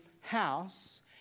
house